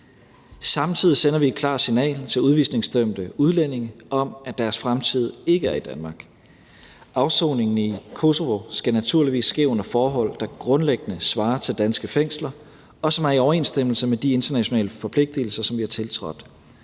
Samtidig sender vi et klart signal til udvisningsdømte udlændinge om, at deres fremtid ikke er i Danmark. Afsoningen i Kosovo skal naturligvis ske under forhold, der grundlæggende svarer til de danske fængsler, og som er i overensstemmelse med de internationale forpligtelser, som vi er tiltrådt.